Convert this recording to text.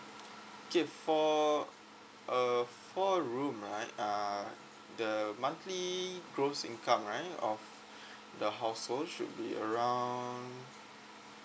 okay for a four room right uh the monthly gross income right of the household should be around